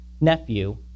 nephew